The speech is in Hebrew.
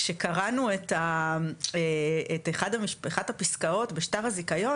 כשקראנו את אחד הפסקאות בשטר הזיכיון